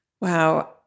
wow